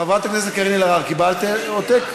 חברת הכנסת קארין אלהרר, קיבלת עותק?